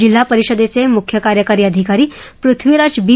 जिल्हा परिषदेचे मुख्य कार्यकारी अधिकारी पृथ्वीराज बी